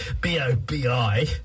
B-O-B-I